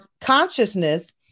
consciousness